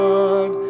God